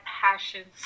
passions